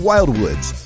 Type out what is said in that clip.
Wildwoods